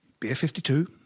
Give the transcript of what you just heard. Beer52